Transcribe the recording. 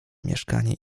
mieszkanie